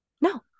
No